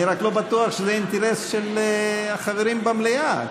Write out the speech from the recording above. אני רק לא בטוח שזה אינטרס של החברים במליאה,